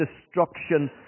destruction